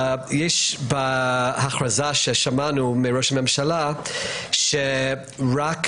בהכרזה ששמענו מראש הממשלה נאמר שבחוץ לארץ